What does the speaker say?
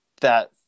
that-